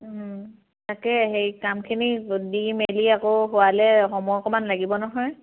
তাকে সেই কামখিনি দি মেলি আকৌ খোৱালে সময় অকণমান লাগিব নহয়